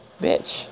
bitch